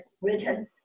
written